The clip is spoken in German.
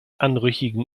anrüchigen